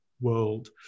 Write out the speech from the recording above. world